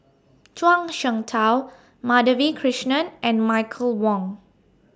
Zhuang Shengtao Madhavi Krishnan and Michael Wong